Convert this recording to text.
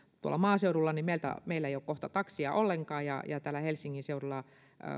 tuolla maaseudulla ei kyllä ole kohta taksia ollenkaan ja ja täällä helsingin seudulla